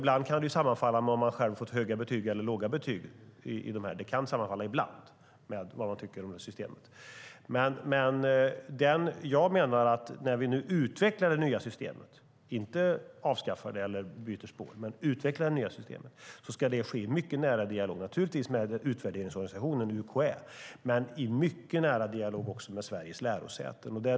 Ibland kan vad de tycker om systemet sammanfalla med om de själva har fått höga betyg eller låga betyg. Jag menar att när vi nu utvecklar det nya systemet - inte avskaffar det eller byter spår - ska det ske i mycket nära dialog med utvärderingsorganisationen UKÄ men också i mycket nära dialog med Sveriges lärosäten.